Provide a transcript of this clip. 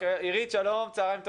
אירית, שלום, צוהריים טובים.